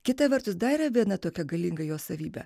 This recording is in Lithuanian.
kita vertus dar yra viena tokia galinga jo savybė